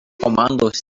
komandos